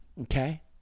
okay